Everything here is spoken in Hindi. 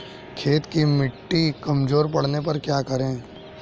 खेत की मिटी कमजोर पड़ने पर क्या करें?